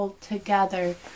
together